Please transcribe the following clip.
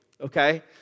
okay